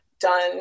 done